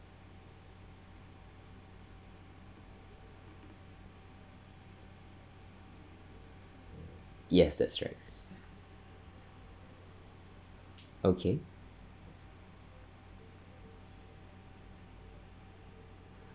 yes that's right okay